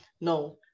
no